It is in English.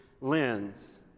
lens